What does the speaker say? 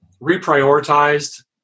reprioritized